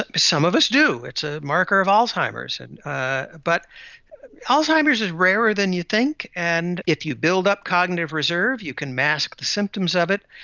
ah some of us do, it's a marker of alzheimer's. and ah but alzheimer's is rarer than you think, and if you build up cognitive reserve you can mask the symptoms of it.